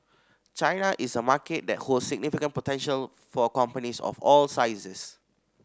China is a market that holds significant potential for companies of all sizes